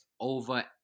over